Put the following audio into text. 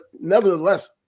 nevertheless